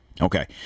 Okay